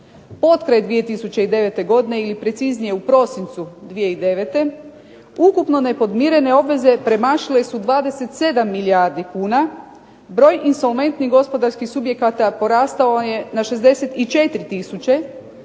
Potkraj 2009. godine ili preciznije u prosincu 2009. ukupno nepodmirene obveze premašile su 27 milijardi kuna, broj insolventnih gospodarskih subjekata porastao je na 64 tisuće.